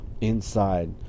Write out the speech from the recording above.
inside